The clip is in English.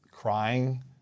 crying